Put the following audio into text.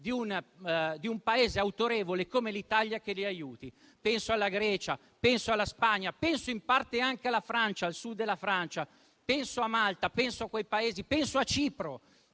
di un Paese autorevole come l'Italia che li aiuti. Penso alla Grecia, penso alla Spagna, penso in parte anche alla Francia, al Sud della Francia, penso a Malta, penso a Cipro, penso a quei